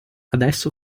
adesso